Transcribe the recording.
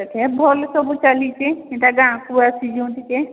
ସେଠି ଭଲ ସବୁ ଚାଲିଛି ଏଇଟା ଗାଁକୁ ଆସିଛନ୍ତି ଯେ